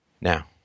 Now